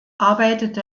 arbeitete